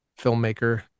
filmmaker